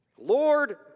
Lord